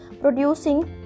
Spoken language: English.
producing